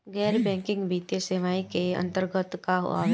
गैर बैंकिंग वित्तीय सेवाए के अन्तरगत का का आवेला?